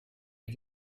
les